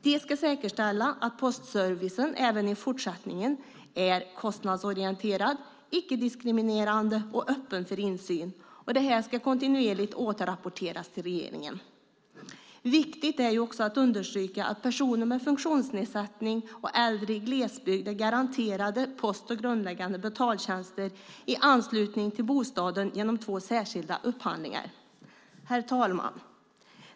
De ska säkerställa att postservicen även i fortsättningen är kostnadsorienterad, icke diskriminerande och öppen för insyn. Detta ska kontinuerligt återrapporteras till regeringen. Viktigt att understryka är att personer med funktionsnedsättning och äldre i glesbygd är garanterade post och grundläggande betaltjänster i anslutning till bostaden genom två särskilda upphandlingar. Herr talman!